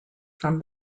from